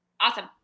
Awesome